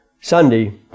Sunday